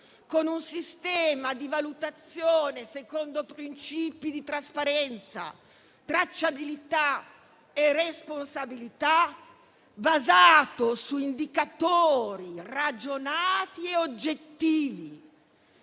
con un sistema di valutazione secondo principi di trasparenza, tracciabilità e responsabilità, basato su indicatori ragionati e oggettivi,